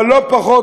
אבל לא פחות,